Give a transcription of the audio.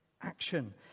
action